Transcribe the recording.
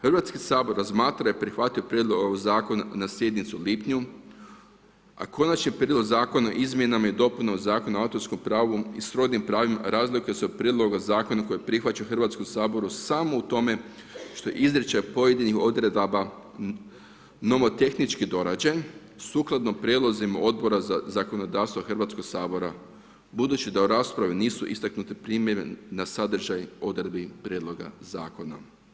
Hrvatski sabor, razmatra i prihvatio je prijedlog ovog zakona na sjednicu u lipnju, a konačni prijedlog Zakona o izmjenama i dopuna o zakonu autorskom pravu i srodnim pravima, razlikuju se od prijedloga zakona koji prihvaća Hrvatskom saboru, samo u tome što je izričaj pojedinih odredbama nomotehnički dorađen, sukladno prijedlozima odbora za zakonodavstvo Hrvatskog sabora, budući da u raspravi nisu istaknuti primjeni na sadržaj odredbi prijedloga zakona.